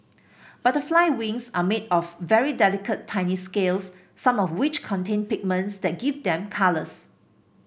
butterfly wings are made of very delicate tiny scales some of which contain pigments that give them colours